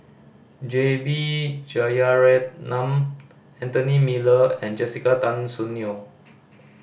J B Jeyaretnam Anthony Miller and Jessica Tan Soon Neo